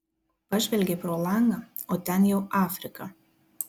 pažvelgei pro langą o ten jau afrika